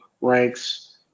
ranks